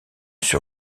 sur